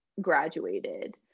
graduated